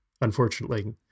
unfortunately